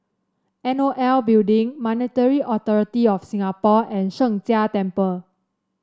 N O L Building Monetary Authority Of Singapore and Sheng Jia Temple